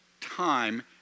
time